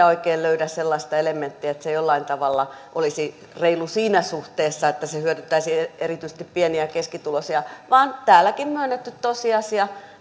oikein löydä sellaista elementtiä että se jollain tavalla olisi reilu siinä suhteessa että se hyödyttäisi erityisesti pieni ja keskituloisia vaan on täälläkin myönnetty tosiasia